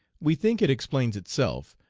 we think it explains itself,